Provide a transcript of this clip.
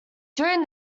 during